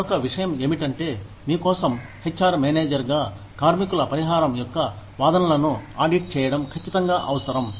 మరొక విషయం ఏమిటంటే మీ కోసం హెచ్ ఆర్ మేనేజర్ గా కార్మికుల పరిహారం యొక్క వాదనలను ఆడిట్ చేయడం కచ్చితంగా అవసరం